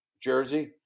jersey